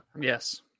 Yes